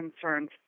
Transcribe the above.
concerns